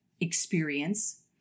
experience